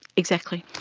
exactly.